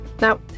now